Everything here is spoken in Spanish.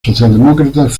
socialdemócratas